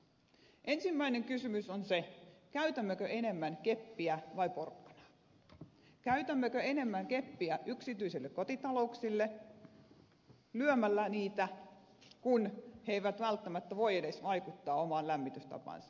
ensimmäinen kysymys on se käytämmekö enemmän keppiä vai porkkanaa käytämmekö enemmän keppiä yksityisille kotitalouksille lyömällä niitä kun ne eivät välttämättä voi edes vaikuttaa omaan lämmitystapaansa